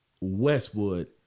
westwood